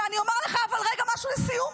ואני אומר לך רגע משהו לסיום.